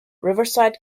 riverside